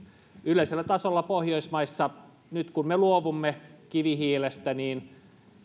yleisellä tasolla pohjoismaissa nyt kun me luovumme kivihiilestä